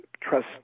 trust